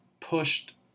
pushed